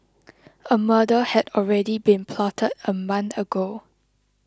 a murder had already been plotted a month ago